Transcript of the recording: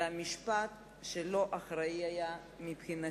זה לא היה משפט אחראי מבחינתי.